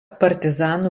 partizanų